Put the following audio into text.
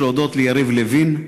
להודות ליריב לוין,